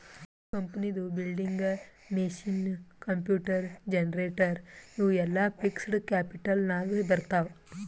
ಕಂಪನಿದು building, machine, computer, generator ಇವು ಎಲ್ಲಾ ಫಿಕ್ಸಡ್ ಕ್ಯಾಪಿಟಲ್ ನಾಗ್ ಬರ್ತಾವ್